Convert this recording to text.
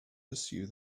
pursue